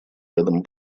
рядом